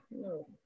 No